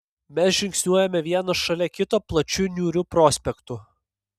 mes žingsniuojame vienas šalia kito plačiu niūriu prospektu